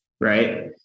right